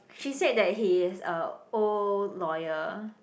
she said that he is a old lawyer